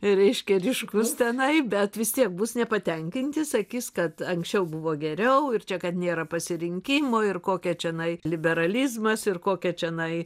reiškia ryškus tenai bet vis tiek bus nepatenkinti sakys kad anksčiau buvo geriau ir čia kad nėra pasirinkimo ir kokia čianai liberalizmas ir kokia čianai